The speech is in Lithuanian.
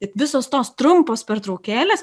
visos tos trumpos pertraukėlės